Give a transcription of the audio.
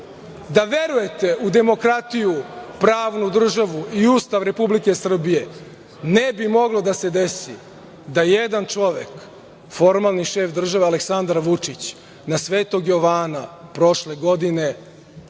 da verujete u demokratiju, pravnu državu i Ustav Republike Srbije, ne bi moglo da se desi da jedan čovek, formalni šef države Aleksandar Vučić, na Svetog Jovana prošle godine